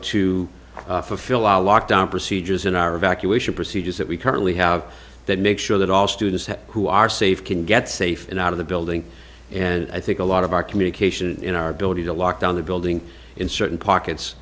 to fulfill our lockdown procedures in our evacuation procedures that we currently have that make sure that all students have who are safe can get safe and out of the building and i think a lot of our communication in our ability to lock down the building in certain pockets